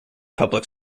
public